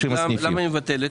למה היא מבטלת?